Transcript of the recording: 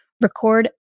record